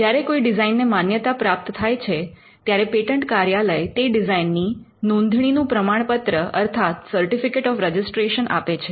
જ્યારે કોઈ ડિઝાઇનને માન્યતા પ્રાપ્ત થાય છે ત્યારે પેટન્ટ કાર્યાલય તે ડિઝાઇનની નોંધણીનું પ્રમાણપત્ર આપે છે